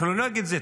אנחנו לא נגד זה,